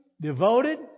devoted